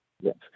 Yes